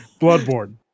Bloodborne